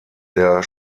der